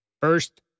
First